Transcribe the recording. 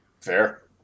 fair